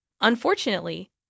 Unfortunately